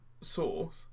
sauce